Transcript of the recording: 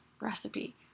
recipe